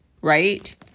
right